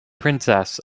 princess